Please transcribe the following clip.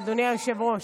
אדוני היושב-ראש?